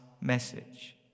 message